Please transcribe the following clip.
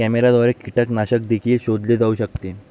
कॅमेऱ्याद्वारे कीटकनाशक देखील शोधले जाऊ शकते